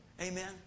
Amen